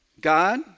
God